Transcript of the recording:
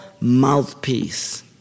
mouthpiece